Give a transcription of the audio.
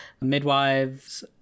midwives